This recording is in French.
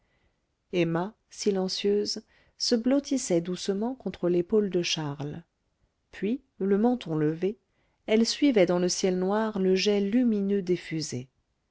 emma silencieuse se blottissait doucement contre l'épaule de charles puis le menton levé elle suivait dans le ciel noir le jet lumineux des fusées